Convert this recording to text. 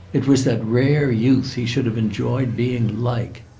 it was that rare youth he should have enjoyed being like.